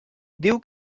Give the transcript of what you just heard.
diu